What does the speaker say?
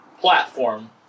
platform